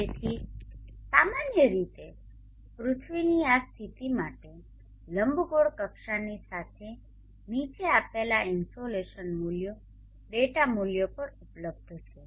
તેથી સામાન્ય રીતે પૃથ્વીની આ સ્થિતિ માટે લંબગોળ કક્ષાની સાથે નીચે આપેલા ઇનસોલેશન મૂલ્યો ડેટા મૂલ્યો ઉપલબ્ધ છે